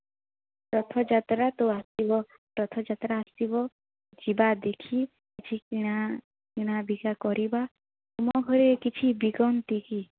ରଥଯାତ୍ରା ତ ଆସିବ ରଥଯାତ୍ରା ଆସିବ ଯିବା ଦେଖି କିଛି କିଣା କିଣା ବିକା କରିବା ଆମ ଘରେ କିଛି ବିକନ୍ତି କି